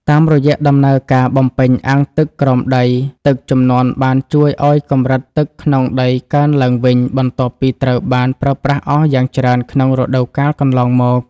តាមរយៈដំណើរការបំពេញអាងទឹកក្រោមដី ទឹកជំនន់បានជួយឱ្យកម្រិតទឹកក្នុងដីកើនឡើងវិញ បន្ទាប់ពីត្រូវបានប្រើប្រាស់អស់យ៉ាងច្រើនក្នុងរដូវកាលកន្លងមក។